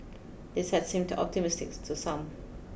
this has seemed optimistic to some